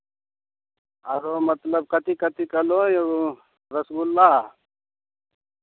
आरो मतलब कथी कथी कहलहुँ एगो रसगुल्ला